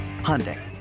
Hyundai